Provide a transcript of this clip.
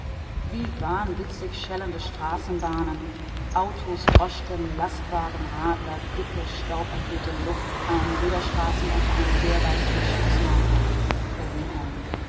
wie wahnwitzig schellende straßenbahnen autos droschken lastwagen radler dicke stauberfüllte luft an jeder straßenecke ein bärbeißiger schutzmann berlin